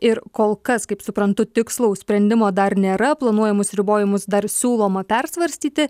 ir kol kas kaip suprantu tikslaus sprendimo dar nėra planuojamus ribojimus dar siūloma persvarstyti